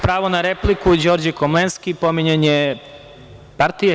Pravo na repliku Đorđe Komlenski, pominjanje partije.